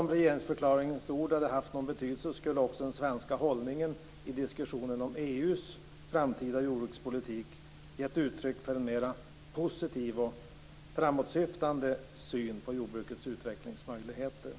Om regeringsförklaringens ord hade haft någon betydelse skulle också den svenska hållningen i diskussionen om EU:s framtida jordbrukspolitik ha gett uttryck för en mer positiv och framåtsyftande syn på jordbrukets utvecklingsmöjligheter.